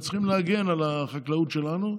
וצריכים להגן על החקלאות שלנו.